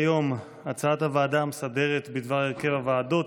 הצעת הוועדה המסדרת בדבר הרכב הוועדות.